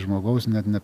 žmogaus net ne